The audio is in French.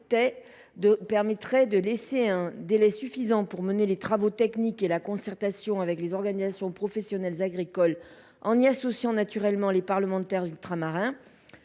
permettrait de laisser un délai suffisant pour mener les travaux techniques et la concertation avec les organisations professionnelles agricoles, en y associant naturellement les parlementaires ultramarins